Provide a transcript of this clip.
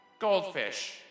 Goldfish